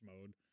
mode